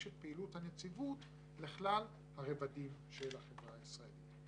את פעילות הנציבות לכלל הרבדים של החברה הישראלית.